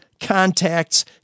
contacts